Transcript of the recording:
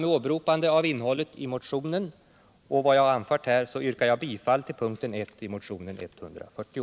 Med åberopande av innehållet i motionen och vad jag här har anfört yrkar jag bifall till punkten 1 i motionen 140.